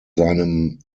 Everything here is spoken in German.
seinem